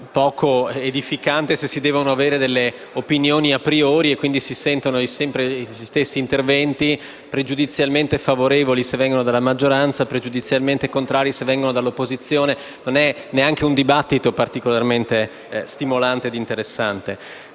poco edificante il fatto che si abbiano delle opinioni *a priori* e quindi si sentano sempre gli stessi interventi, pregiudizialmente favorevoli se vengono dalla maggioranza e pregiudizialmente contrari se vengono dall'opposizione. Non è un dibattito particolarmente stimolante ed interessante.